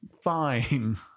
fine